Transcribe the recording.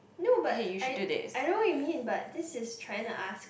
no but I I know what you mean but this is trying ask